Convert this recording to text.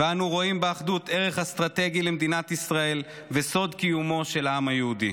ואנו רואים באחדות ערך אסטרטגי למדינת ישראל וסוד קיומו של העם היהודי.